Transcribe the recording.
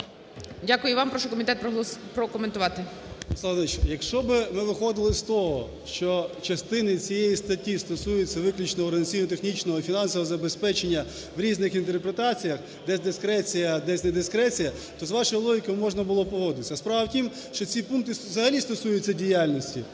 Дякую вам. Прошу комітет прокоментувати.